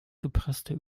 gepresste